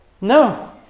No